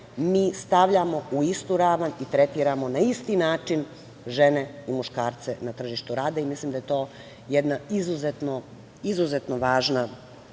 mi stavljamo u istu ravan i tretiramo na isti način žene i muškarce na tržištu rada i mislim da je to jedna izuzetno važna